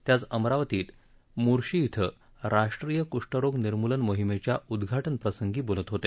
ते आज अमरातीत मोर्शी धिं राष्ट्रीय कुष्ठरोग निर्मूलन मोहिमेच्या उद्घाटनाप्रसंगी बोलत होते